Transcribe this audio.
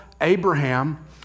Abraham